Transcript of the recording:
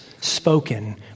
spoken